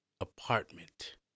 Apartment